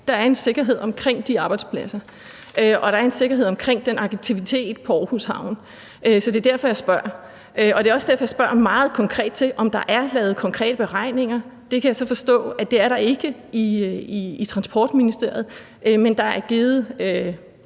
der er en sikkerhed omkring de arbejdspladser, og at der er en sikkerhed omkring den aktivitet på Aarhus Havn. Så det er derfor, jeg spørger. Det er også derfor, jeg meget konkret spørger til, om der er lavet konkrete beregninger. Det kan jeg så forstå der ikke er i Transportministeriet, men at der,